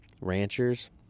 Rancher's